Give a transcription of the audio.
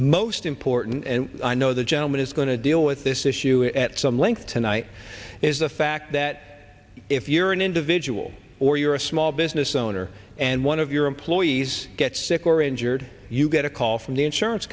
most important and i know the gentleman is going to deal with this issue at some length tonight is the fact that if you're an individual or you're a small business owner and one of your employees gets sick or injured you get a call from the insurance